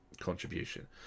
contribution